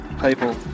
people